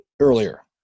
earlier